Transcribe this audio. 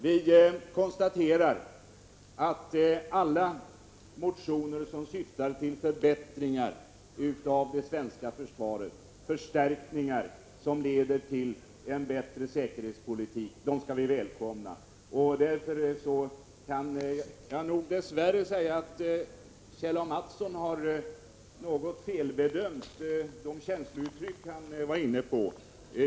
Jag konstaterar att alla motioner som syftar till förbättringar av det svenska försvaret, förstärkningar som leder till en bättre säkerhetspolitik, de skall vi välkomna. Därför kan jag nog dess värre säga att Kjell A. Mattsson har något felbedömt de känslouttryck som han var inne på.